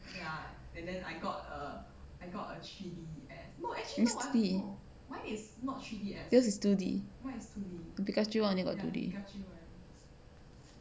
is two D yours is two D the pikachu [one] only got two D